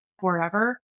forever